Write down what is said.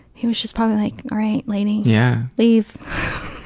he was just probably like, all right, lady. yeah. leave.